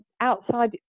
outside